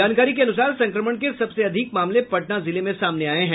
जानकारी के अनुसार संक्रमण के सबसे अधिक मामले पटना जिले में सामने आये हैं